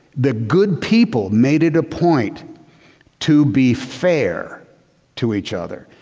the good people made it a point to be fair to each other.